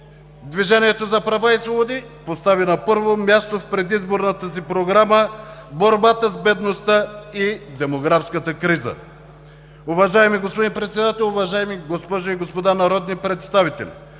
„Движението за права и свободи“ постави на първо място в предизборната си програма борбата с бедността и демографската криза. Уважаеми господин Председател, уважаеми госпожи и господа народни представители,